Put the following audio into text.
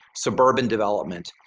suburban development,